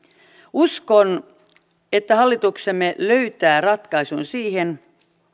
uskon että hallituksemme löytää ratkaisun siihen